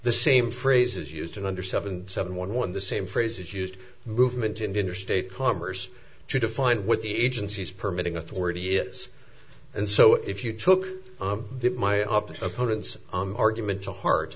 the same phrases used in under seven seven one one the same phrases used movement and interstate commerce to define what the agency's permitting authority is and so if you took my upper opponent's argument to heart